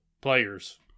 players